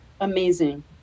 Amazing